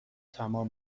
تمام